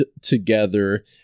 together